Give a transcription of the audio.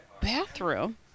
bathroom